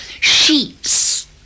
sheets